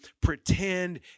pretend